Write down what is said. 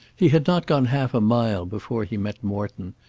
he had not gone half a mile before he met morton,